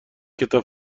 کتاب